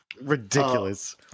Ridiculous